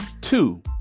Two